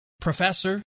professor